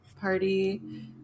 party